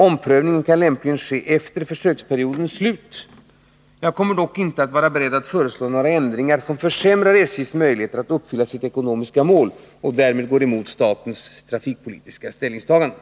Omprövningen kan lämpligen ske efter försöksperiodens slut. Jag kommer dock inte att vara beredd att föreslå några ändringar som försämrar SJ:s möjligheter att uppfylla sitt ekonomiska mål och därmed gå emot statsmakternas trafikpolitiska ställningstaganden.